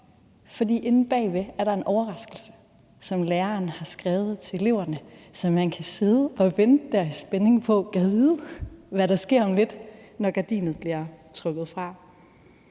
der inde bagved er en overraskelse, som læreren har skrevet til eleverne, så de kan sidde og vente i spænding på, hvad der mon sker om lidt, når gardinet bliver trukket fra.